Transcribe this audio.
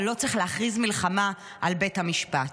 אבל לא צריך להכריז מלחמה על בית המשפט.